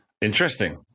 Interesting